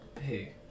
hey